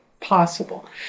possible